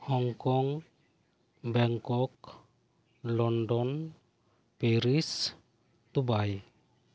Hong Kong Bangkok London Paris Dubai